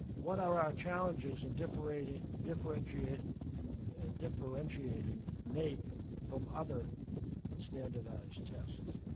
what are our challenges in differentiating differentiating ah differentiating naep from other standardized tests?